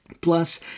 Plus